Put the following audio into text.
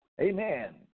Amen